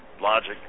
logic